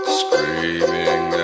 screaming